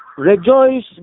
Rejoice